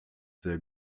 sehr